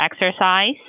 exercise